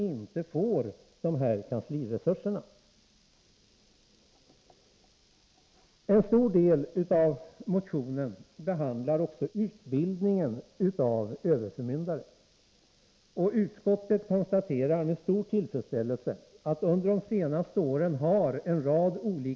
I en stor del av motionen behandlas utbildningen av överförmyndare. Utskottet konstaterar med stor tillfredsställelse att en rad olika kurser har genomförts de senaste åren.